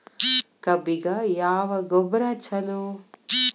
ಕಬ್ಬಿಗ ಯಾವ ಗೊಬ್ಬರ ಛಲೋ?